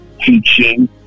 teaching